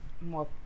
more